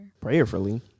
Prayerfully